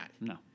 No